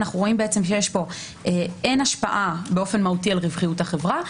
אנחנו רואים שאין השפעה באופן מהותי על רווחיות החברה,